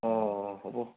অ হ'ব